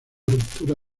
ruptura